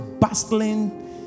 bustling